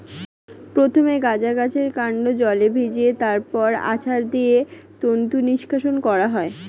প্রথমে গাঁজা গাছের কান্ড জলে ভিজিয়ে তারপর আছাড় দিয়ে তন্তু নিষ্কাশণ করা হয়